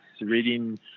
reading